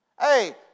Hey